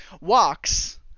walks